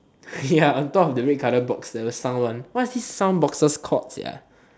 ya on top of the red colour box the sound one what's this sound boxes called sia